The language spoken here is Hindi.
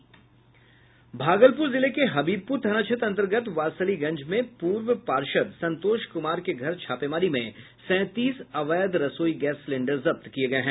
भागलपुर जिले के हबीबपुर थाना क्षेत्र अंतर्गत वारिसलीगंज में पूर्व वार्ड पार्षद् संतोष कुमार के घर छापेमारी में सैंतीस अवैध रसोई गैस सिलेंडर जब्त किये गये हैं